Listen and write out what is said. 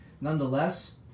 Nonetheless